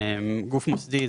גוף מוסדי,